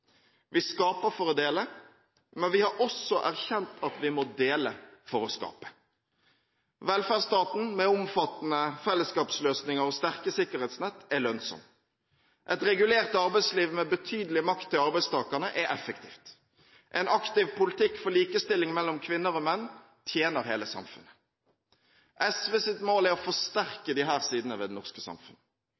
Vi skaper for å dele, men vi har også erkjent at vi må dele for å skape. Velferdsstaten, med omfattende fellesskapsløsninger og sterke sikkerhetsnett, er lønnsom. Et regulert arbeidsliv med betydelig makt til arbeidstakerne er effektivt. En aktiv politikk for likestilling mellom kvinner og menn tjener hele samfunnet. SVs mål er å forsterke disse sidene ved det norske